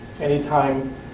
Anytime